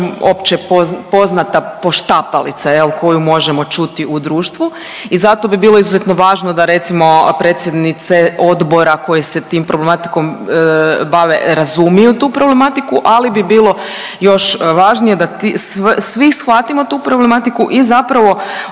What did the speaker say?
općepoznata poštapalica jel koju možemo čuti u društvu i zato bi bilo izuzetno važno da recimo predsjednice odbora koje se tim problematikom bave razumiju tu problematiku, ali bi bilo još važnije da svi shvatimo tu problematiku i zapravo